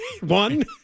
one